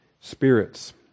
spirits